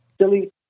Silly